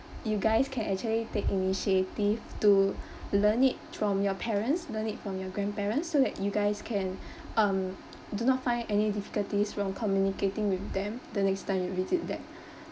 you guys can actually take initiative to learn it from your parents learn from your grandparents so that you guys can um do not find any difficulties from communicating with them the next time you visit them